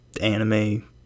anime